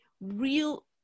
real